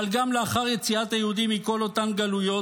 אבל גם לאחר יציאת היהודים מכל אותן גלויות,